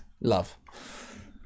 love